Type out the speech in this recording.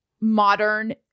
modern